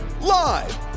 Live